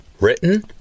Written